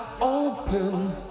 open